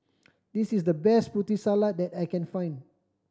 this is the best Putri Salad that I can find